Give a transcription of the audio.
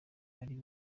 ari